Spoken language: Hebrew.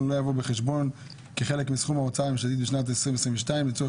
לא יבוא בחשבון כחלק מסכום ההוצאה הממשלתית לשנת 2022 לצורך